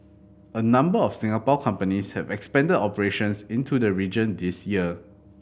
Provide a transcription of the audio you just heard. a number of Singapore companies have expanded operations into the region this year